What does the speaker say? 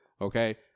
okay